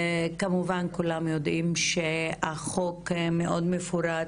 כמובן שכולם יודעים שהחוק מאוד מפורט.